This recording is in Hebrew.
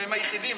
והם היחידים,